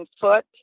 foot